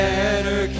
Better